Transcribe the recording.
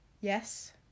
yes